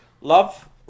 love